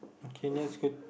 K next question